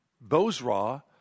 Bozrah